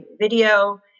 video